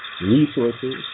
resources